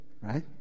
right